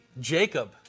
Jacob